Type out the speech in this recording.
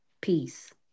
peace